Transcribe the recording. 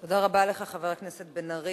תודה רבה לך, חבר הכנסת בן-ארי.